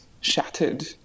shattered